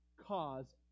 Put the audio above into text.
cause